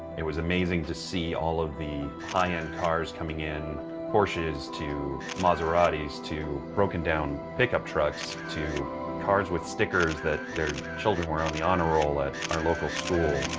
it was amazing to see all of these high-end cars coming in porsches to maseratis to broken down pickup trucks to cars with stickers that their children were on the honor roll at our local school.